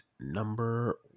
number